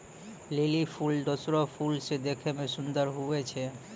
lily फूल दोसरो फूल से देखै मे सुन्दर हुवै छै